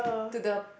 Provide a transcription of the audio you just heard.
to the